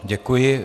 Děkuji.